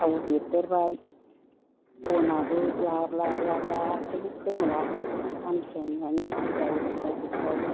थाव बेरदेरबाय बनाबो ब्ला ब्ला ब्ला ब्ला आखाइनि खोमोना खामस्रेमनानै गोजा गोजा जाजोबबाय